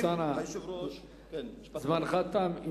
הכנסת אלסאנע, זמנך תם.